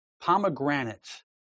Pomegranates